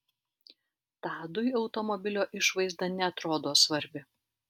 tadui automobilio išvaizda neatrodo svarbi